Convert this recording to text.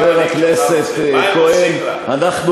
חבר הכנסת כהן,